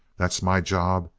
that's my job,